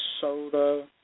soda